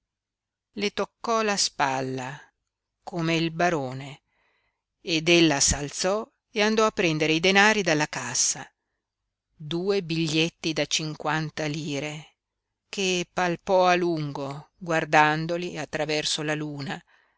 le tocco la spalla come il barone ed ella s'alzò e andò a prendere i denari dalla cassa due biglietti da cinquanta lire che palpò a lungo guardandoli attraverso la luna